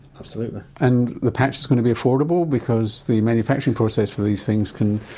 absolutely. and the patch is going to be affordable? because the manufacturing process for these things can,